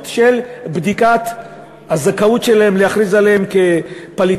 של בדיקת הזכאות שלהם להכריז עליהם כפליטים,